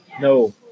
no